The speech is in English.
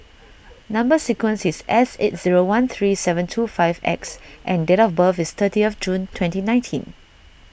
Number Sequence is S eight zero one three seven two five X and date of birth is thirty of June twenty nineteen